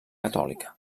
catòlica